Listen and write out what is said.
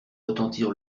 retentir